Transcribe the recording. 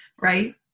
Right